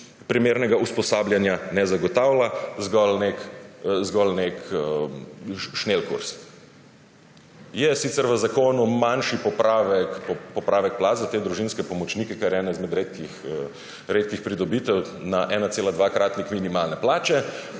primernega usposabljanja, zgolj nek šnelkurs. Je sicer v zakonu manjši popravek plač za te družinske pomočnike, kar je ena izmed redkih pridobitev, na 1,2-kratnik minimalne plače,